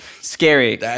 scary